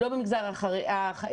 לא במגזר חמ"ד,